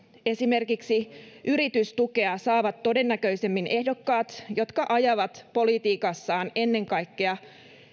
esimerkiksi yritystukea saavat todennäköisemmin ehdokkaat jotka ajavat politiikassaan ennen kaikkea